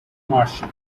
martial